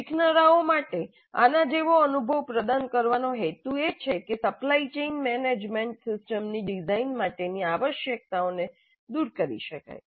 શીખનારાઓ માટે આનાં જેવો અનુભવ પ્રદાન કરવાનો હેતુ એ છે કે સપ્લાય ચેઇન મેનેજમેન્ટ સિસ્ટમની ડિઝાઇન માટેની આવશ્યકતાઓને દૂર કરી શકાય